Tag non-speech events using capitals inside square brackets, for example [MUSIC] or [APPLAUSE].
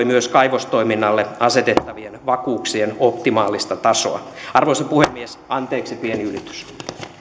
[UNINTELLIGIBLE] myös kaivostoiminnalle asetettavien vakuuksien optimaalista tasoa arvoisa puhemies anteeksi pieni ylitys joo